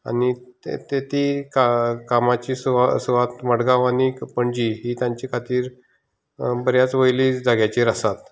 आनी ते ते ती कामाची सुवात मडगांव आनी पणजी ही तांचे खातीर बऱ्याच वयल्या जाग्याचेर आसा